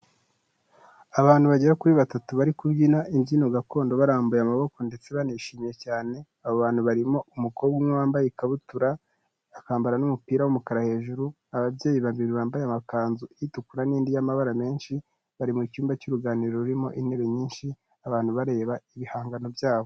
Abantu bagera kuri batatu bari kubyina imbyino gakondo barambuye amaboko ndetse banishimye cyane, abo bantu barimo umukobwa umwe wambaye ikabutura, akambara n'umupira w'umukara hejuru, ababyeyi babiri bambaye amakanzu itukura n'indi y'amabara menshi, bari mu cyumba cy'uruganiriro rurimo intebe nyinshi abantu bareba ibihangano byabo.